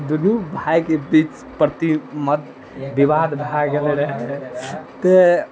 दुन्नू भायके बीच परती मद बिबाद भए गेलै रहए तऽ